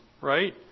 Right